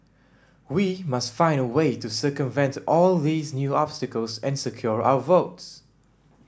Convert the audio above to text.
we must find a way to circumvent all these new obstacles and secure our votes